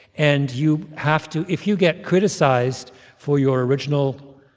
and you have to if you get criticized for your original,